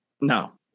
No